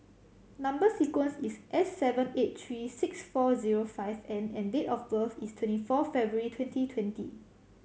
number sequence is S sevent eight three six four zero five N and date of birth is twenty four February twenty twenty